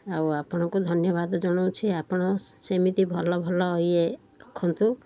ଆଉ ଆପଣଙ୍କୁ ଧନ୍ୟବାଦ ଜଣାଉଛି ଆପଣ ସେମିତି ଭଲ ଭଲ ଇଏ ରଖନ୍ତୁ